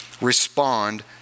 respond